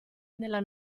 nella